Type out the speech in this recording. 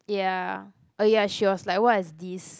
ya oh ya she was like what is this